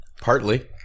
Partly